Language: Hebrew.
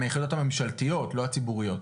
מהיחידות הממשלתיות, לא הציבוריות.